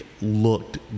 looked